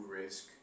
risk